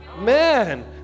Man